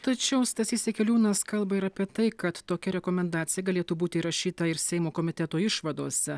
tačiau stasys jakeliūnas kalba ir apie tai kad tokia rekomendacija galėtų būti įrašyta ir seimo komiteto išvadose